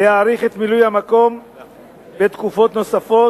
להאריך את מילוי המקום בתקופות נוספות,